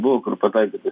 buvo kur pataikytas